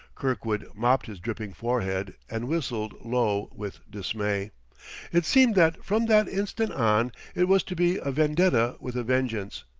kirkwood mopped his dripping forehead and whistled low with dismay it seemed that from that instant on it was to be a vendetta with a vengeance.